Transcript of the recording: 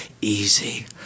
easy